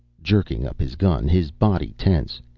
jerking up his gun, his body tense.